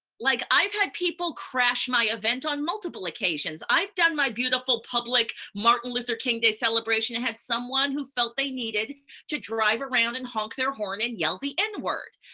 like i've had people crash my event on multiple occasions. i've done my beautiful public martin luther king day celebration and had someone who felt they needed to drive around and honk their horn and yell the n word.